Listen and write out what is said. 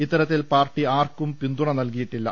ഇത്ത്രത്തിൽ party ആർക്കും പിന്തുണ നൽകിയിട്ടില്ല